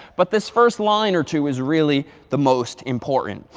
but this first line or two is really the most important.